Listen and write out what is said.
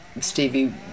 stevie